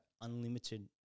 unlimited